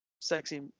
sexy